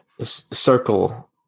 circle